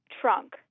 trunk